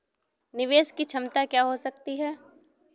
निवेश की क्षमता क्या हो सकती है?